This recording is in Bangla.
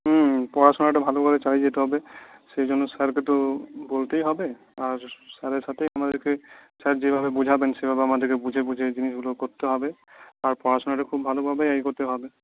হুম পড়াশোনাটা ভালোভাবে চালিয়ে যেতে হবে সেইজন্য স্যারকে তো বলতেই হবে আর স্যারের সাথেই আমাদেরকে স্যার যেভাবে বোঝাবেন সেভাবে আমাদেরকে বুঝে বুঝে জিনিসগুলো করতে হবে আর পড়াশোনাটা খুব ভালোভাবে এগোতে হবে